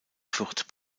fürth